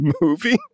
movie